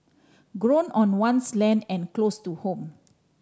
grown on one's land and close to home